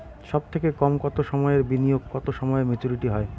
সবথেকে কম কতো সময়ের বিনিয়োগে কতো সময়ে মেচুরিটি হয়?